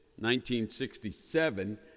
1967